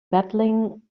battling